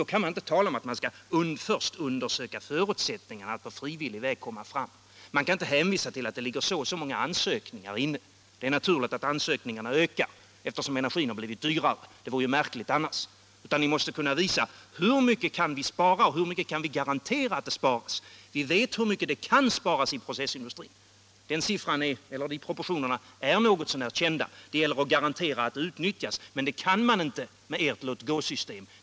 Då kan ni inte tala om att man först skall undersöka förutsättningarna för att på frivillig väg komma fram. Ni kan inte hänvisa till att det ligger så många ansökningar inne, för det är naturligt att antalet ansökningar ökar när energin har blivit dyrare; det vore märkligt annars. I stället måste ni kunna visa hur mycket ni kan spara och hur mycket ni kan garantera att det sparas. Vi vet hur mycket det kan sparas i processindustrin — proportionerna är något så när kända — och det gäller att garantera att möjligheten utnyttjas, men det kan man inte med ert låtgåsystem.